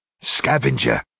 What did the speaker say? Scavenger